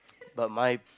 but my